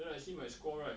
then I see my score right